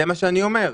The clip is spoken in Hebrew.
זה מה שאני אומר.